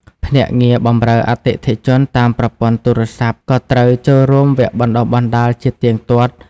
ភ្នាក់ងារបម្រើអតិថិជនតាមប្រព័ន្ធទូរស័ព្ទ ក៏ត្រូវចូលរួមវគ្គបណ្ដុះបណ្ដាលជាទៀងទាត់។